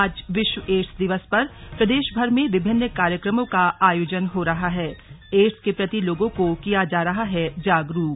आज विश्व एड्स दिवस पर प्रदेशभर में विभिन्न कार्यक्रमों का आयोजन हो रहा है एड्स के प्रति लोगों को किया जा रहा है जागरूक